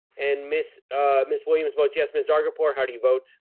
and miss miss williams votes yes. miss zargarpur, how do you vote?